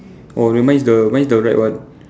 oh then mine is the mine is the right one